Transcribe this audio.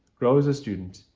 grow as a student,